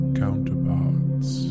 counterparts